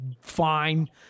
fine